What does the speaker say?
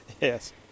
Yes